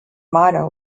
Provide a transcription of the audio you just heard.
motto